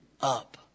up